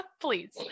Please